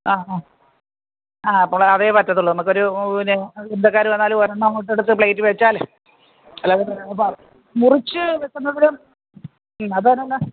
അ അ ആ അപ്പോൾ അതേ പറ്റത്തുള്ളൂ നമ്മൾക്ക് ഒരു പിന്നെ ബന്ധുക്കാർ വന്നാൽ ഒരെണ്ണം അങ്ങോട്ട് എടുത്ത് പ്ലെയിറ്റിൽ വച്ചാൽ മുറിച്ച് വയ്ക്കുന്നതിലും മീൻ അത് ഓരോന്ന്